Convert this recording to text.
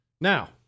Now